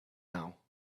now